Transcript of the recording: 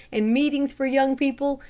and meetings for young people,